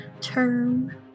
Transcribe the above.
term